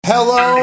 Hello